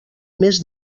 més